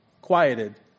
quieted